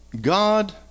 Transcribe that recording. God